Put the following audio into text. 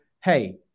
hey